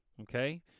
Okay